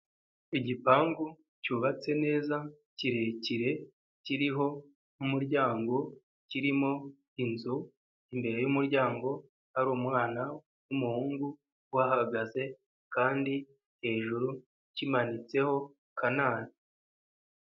Igipangu cyubatse neza kirekire kiriho umuryango, kirimo inzu, imbere y'umuryango hari umwana w'umuhungu uhahagaze kandi hejuru kimanitseho kanari.